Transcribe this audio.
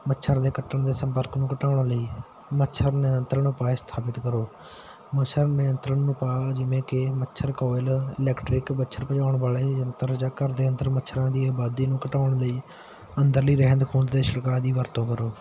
ਮੱਛਰ ਦੇ ਕੱਟਣ ਦੇ ਸੰਪਰਕ ਨੂੰ ਘਟਾਉਣ ਲਈ ਮੱਛਰ ਨਿਯੰਤਰਣ ਉਪਾਏ ਸਥਾਪਿਤ ਕਰੋ ਮੱਛਰ ਨਿਯੰਤਰਣ ਉਪਾਅ ਜਿਵੇਂ ਕਿ ਮੱਛਰ ਕੋਇਲ ਇਲੈਕਟਰਿਕ ਮੱਛਰ ਭਜਾਉਣ ਵਾਲੇ ਯੰਤਰ ਜਾਂ ਘਰ ਦੇ ਅੰਦਰ ਮੱਛਰਾਂ ਦੀ ਆਬਾਦੀ ਨੂੰ ਘਟਾਉਣ ਲਈ ਅੰਦਰਲੀ ਰਹਿੰਦ ਖੂੰਹਦ ਦੇ ਛਿੜਕਾਅ ਦੀ ਵਰਤੋਂ ਕਰੋ